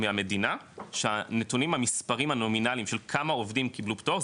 מהמדינה שהנתונים המספריים הנומינליים של כמה עובדים קיבלו פטור,